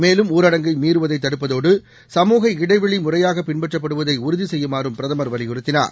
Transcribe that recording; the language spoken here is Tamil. மேலும் ஊரடங்கை மீறுவதை தடுப்பதோடு சமூக இடைவெளி முறையாக பின்பற்றப்படுவதை உறுதி செய்யுமாறும் பிரதமர் வலியுறுத்தினார்